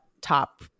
top